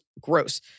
gross